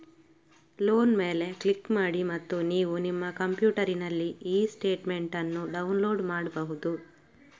loan ಮೇಲೆ click ಮಾಡಿ ಮತ್ತು ನೀವು ನಿಮ್ಮ ಕಂಪ್ಯೂಟರಿನಲ್ಲಿ ಇ ಸ್ಟೇಟ್ಮೆಂಟ್ ಅನ್ನು ಡೌನ್ಲೋಡ್ ಮಾಡ್ಬಹುದು